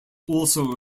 also